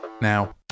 now